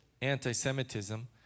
anti-semitism